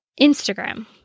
Instagram